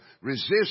Resist